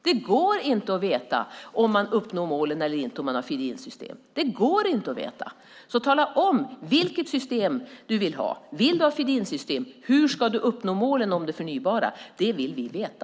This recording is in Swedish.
Det går inte att veta om man uppnår målen eller inte om man har feed-in-system. Tala om vilket system du vill ha! Hur ska du uppnå målen om det förnybara om du vill ha feed-in-system? Det vill vi veta.